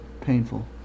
painful